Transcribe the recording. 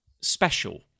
special